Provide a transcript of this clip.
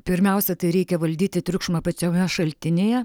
pirmiausia tai reikia valdyti triukšmą pačiame šaltinyje